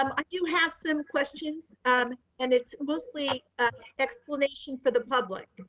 um i do have some questions um and it's mostly explanation for the public.